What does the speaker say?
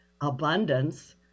abundance